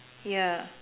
yeah